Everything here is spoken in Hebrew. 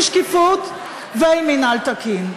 עם שקיפות ועם מינהל תקין?